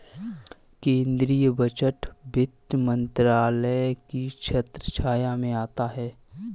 केंद्रीय बजट वित्त मंत्रालय की छत्रछाया में आता है